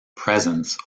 presence